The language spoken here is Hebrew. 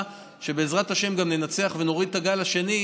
שבעזרת השם גם ננצח ונוריד את הגל השני,